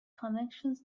connections